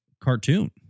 cartoon